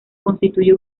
constituye